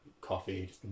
coffee